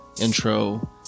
intro